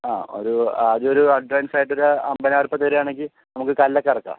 ആ ഒരു ആദ്യ ഒരു അഡ്വാൻസ് ആയിട്ടൊരു അൻപതിനായിരം ഉറുപ്പിക തരുകയാണെങ്കിൽ നമുക്ക് കല്ലൊക്കെ ഇറക്കാം